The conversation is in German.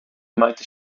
meinte